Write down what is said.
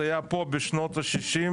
זה היה פה בשנות ה-60',